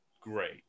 Great